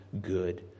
good